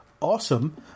Awesome